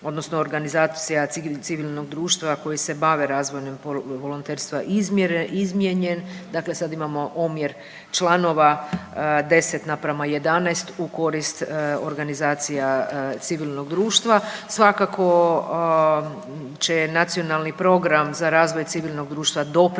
odnosno organizacija civilnog društva koji se bave razvojem volonterstva izmijenjen, dakle sad imamo omjer članova 10 naprema 11 u korist organizacija civilnog društva. Svakako će Nacionalni program za razvoj civilnog društva doprinijeti